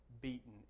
beaten